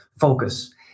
focus